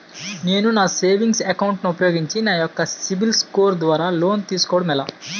నేను నా savings account ను ఉపయోగించి నా యెక్క సిబిల్ స్కోర్ ద్వారా లోన్తీ సుకోవడం ఎలా?